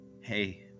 Hey